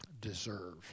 Deserve